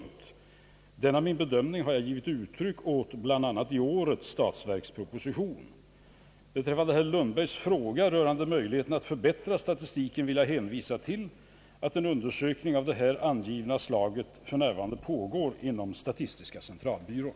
Denna min bedömning har jag givit uttryck åt bl.a. i årets statsverksproposition. Beträffande herr Lundbergs fråga rörande möjligheterna att förbättra statistiken vill jag hänvisa till att en undersökning av det angivna slaget f. n. pågår inom statistiska centralbyrån.